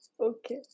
Okay